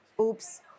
oops